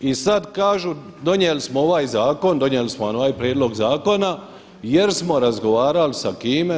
I sada kažu, donijeli smo ovaj zakon, donijeli smo vam ovaj prijedlog zakona jer smo razgovarali sa kime?